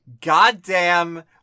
goddamn